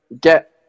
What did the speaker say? get